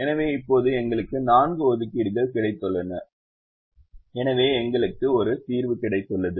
எனவே இப்போது எங்களுக்கு 4 ஒதுக்கீடுகள் கிடைத்துள்ளன எனவே எங்களுக்கு ஒரு தீர்வு கிடைத்துள்ளது